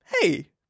hey